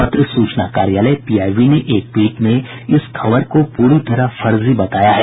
पत्र सूचना कार्यालय पीबाईबी ने एक ट्वीट में इस खबर को पूरी तरह फर्जी बताया है